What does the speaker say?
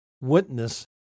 witness